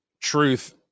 truth